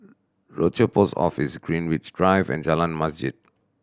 Rochor Post Office Greenwich Drive and Jalan Masjid